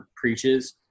preaches